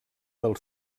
del